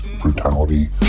brutality